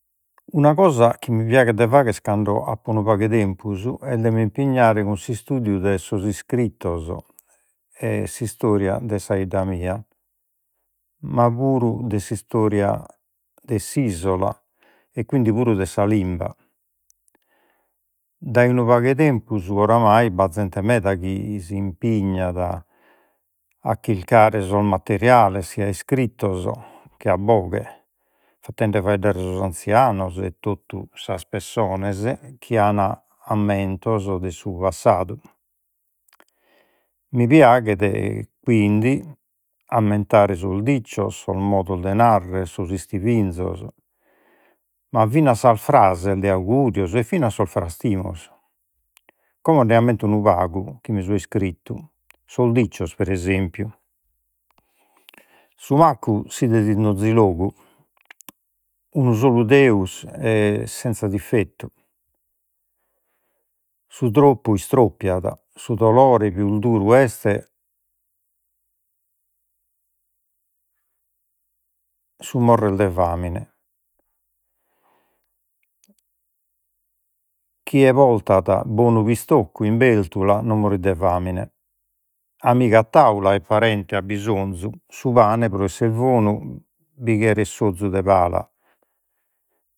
Una cosa chi mi piaghet de faghere cando apo unu pagu 'e tempus est de mi impignare cun s’istudiu de sos iscrittos, e s’istoria de sa 'idda mia, ma puru de s’istoria de s’isola, e quindi puru de sa limba. Dai unu pagu 'e tempus oramai bat zente meda chi si impignat a chircare sos materiales sia iscrittos che a boghe, fatende faeddare sos anzianos e tutu sas pessones chi an ammentos de su passadu. Mi piaghet quindi ammentare sos dicios, sos modos de narrere, sos ma fina sas frases de augurios, e fina sos frastimos. Como nde ammento unu pagu chi mi so iscrittu. Sos dicios, pro esempiu. Su maccu s'idet in d'onzi logu, unu solu Deus senza diffettu, su troppu istroppiat, su dolore pius duru est su morrer de famine. Chie portat bonu pistoccu in bértula, non morit de famine. Amigu a taula et parente a bisonzu, su pane pro esser bonu bi cheret s'ozu de pala.